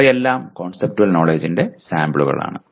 അവയെല്ലാം കോൺസെപ്റ്റുവൽ നോലെഡ്ജ്ജിന്റെ സാമ്പിളുകളാണ്